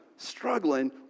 struggling